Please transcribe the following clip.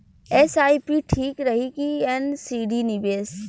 SIP ठीक रही कि एन.सी.डी निवेश?